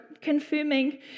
confirming